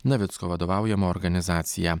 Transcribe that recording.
navicko vadovaujamą organizaciją